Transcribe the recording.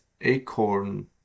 acorn